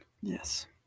Yes